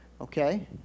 Okay